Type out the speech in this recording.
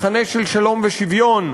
מחנה של שלום ושוויון,